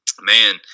man